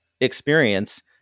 experience